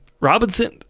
robinson